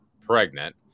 pregnant